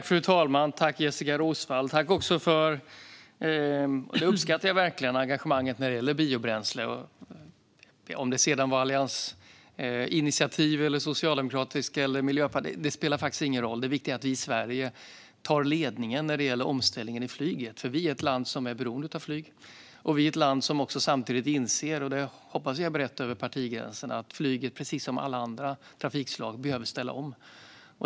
Fru talman! Tack, Jessica Roswall! Jag uppskattar verkligen engagemanget när det gäller biobränsle. Om det sedan var ett initiativ från Alliansen, Socialdemokraterna eller Miljöpartiet spelar faktiskt ingen roll. Det viktiga är att Sverige tar ledningen när det gäller omställningen i flyget, för vi är ett land som är beroende av flyget. Vi är ett land som samtidigt inser - och det hoppas jag är brett över partigränserna - att flyget precis som alla andra trafikslag behöver ställa om.